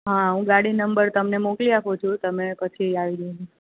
હા હું ગાડી નંબર તમને મોકલી આપું છું તમે પછી આવી જજો